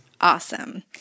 Awesome